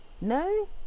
no